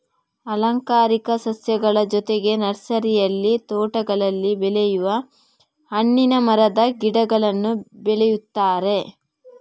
ಅಲಂಕಾರಿಕ ಸಸ್ಯಗಳ ಜೊತೆಗೆ ನರ್ಸರಿಯಲ್ಲಿ ತೋಟಗಳಲ್ಲಿ ಬೆಳೆಯುವ ಹಣ್ಣಿನ ಮರದ ಗಿಡಗಳನ್ನೂ ಬೆಳೆಯುತ್ತಾರೆ